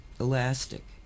elastic